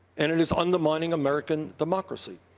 and it is undermining american democracy.